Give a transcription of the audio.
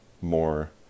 more